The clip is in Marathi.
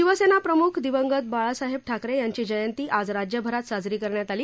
शिवसेनाप्रमुख दिवंगत बाळासाहेब ठाकरे यांची जयंती आज राज्यभरात साजरी करण्यात आली